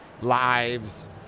lives